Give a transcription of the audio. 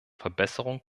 verbesserung